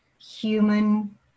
human